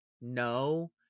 no